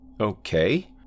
Okay